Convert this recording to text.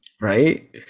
right